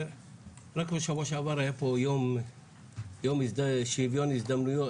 רק בשבוע שעבר היה פה יום שוויון הזדמנויות.